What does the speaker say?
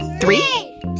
Three